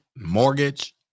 mortgage